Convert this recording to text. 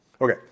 Okay